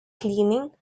cleaning